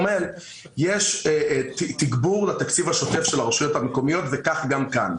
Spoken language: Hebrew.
יש תגבור לתקציב השוטף של הרשויות המקומיות וכך גם כאן.